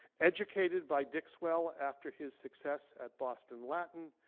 educated by dick swell after his success at boston latin.